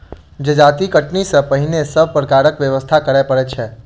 जजाति कटनी सॅ पहिने सभ प्रकारक व्यवस्था करय पड़ैत छै